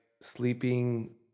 sleeping